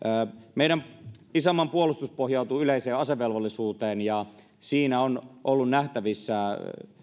meidän isänmaan puolustus pohjautuu yleiseen asevelvollisuuteen ja siinä on ollut nähtävissä